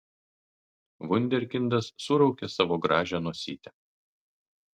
vunderkindas suraukė savo gražią nosytę